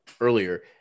earlier